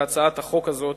להצעת החוק הזאת,